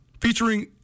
featuring